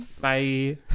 bye